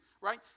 right